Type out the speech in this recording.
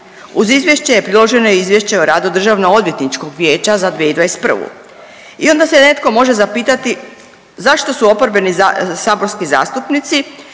Uz izvješće je priloženo i izvješće o radu Državnoodvjetničkog vijeća za 2021. I onda se netko može zapitati zašto su oporbeni saborski zastupnici